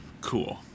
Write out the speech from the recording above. Cool